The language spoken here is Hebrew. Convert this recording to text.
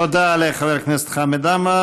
תודה לחבר הכנסת חמד עמאר.